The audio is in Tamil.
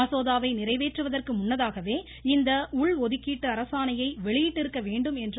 மசோதாவை நிறைவேற்றுவதற்கு முன்னதாகவே இந்த உள் ஒதுக்கீட்டு அரசாணையை வெளியிட்டிருக்க வேண்டும் என்றார்